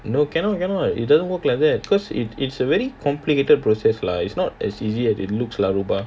no cannot cannot it doesn't work like that because it~ it's a very complicated process lah it's not as easy as it looks lah ruba